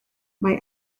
mae